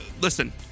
Listen